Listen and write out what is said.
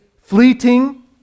fleeting